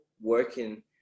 working